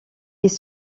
ils